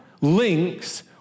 links